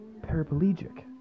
paraplegic